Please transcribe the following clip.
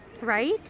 right